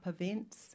events